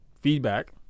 feedback